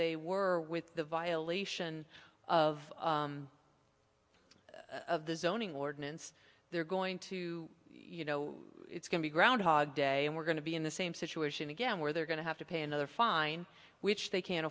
they were with the violation of the zoning ordinance they're going to you know it's going to groundhog day and we're going to be in the same situation again where they're going to have to pay another fine which they can't